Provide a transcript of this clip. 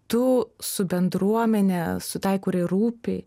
tu su bendruomene su tai kuriai rūpi